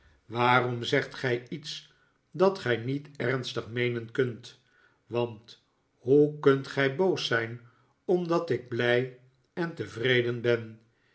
waarom zegt gij iets dat gij niet ernstig meenen kunt want hoe kunt gij boos zijn omdat ik blij en tevreden ben